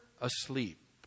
asleep